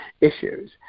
issues